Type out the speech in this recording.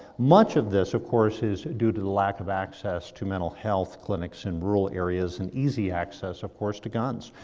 much of this, of course, is due to the lack of access to mental health clinics in rural areas and easy access of course, to guns.